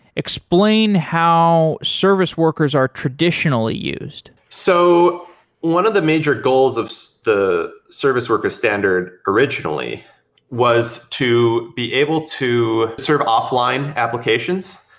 explain how service workers are traditionally used. so one of the major goals of so the service workers standard originally was to be able to serve off-line applications.